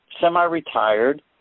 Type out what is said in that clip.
semi-retired